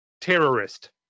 terrorist